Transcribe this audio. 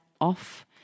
off